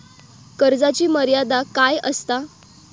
कर्जाची मर्यादा काय असता?